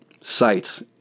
sites